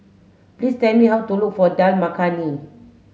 please tell me how to look for Dal Makhani